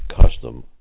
custom